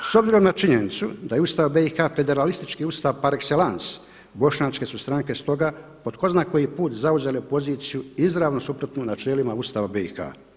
S obzirom na činjenicu da je Ustav BiH federalističku Ustav par excellence bošnjačke su stranke stoga po tko zna koji put zauzele poziciju izravno suprotnu načelima Ustava BiH.